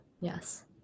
Yes